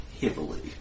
heavily